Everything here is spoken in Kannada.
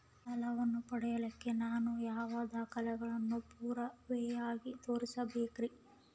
ಸಾಲವನ್ನು ಪಡಿಲಿಕ್ಕೆ ನಾನು ಯಾವ ದಾಖಲೆಗಳನ್ನು ಪುರಾವೆಯಾಗಿ ತೋರಿಸಬೇಕ್ರಿ?